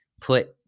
put